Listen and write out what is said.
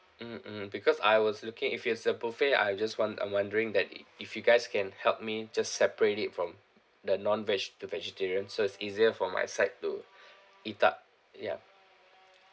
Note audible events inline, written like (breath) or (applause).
mm mm because I was looking if you have serve buffet I will just want I'm wondering that if you guys can help me just separate it from the non-veg to vegetarian so it's easier for my side to (breath) eat up ya